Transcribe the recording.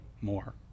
more